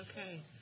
Okay